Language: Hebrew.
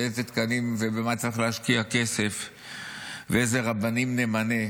איזה תקנים ובמה צריך להשקיע כסף ואיזה רבנים נמנה,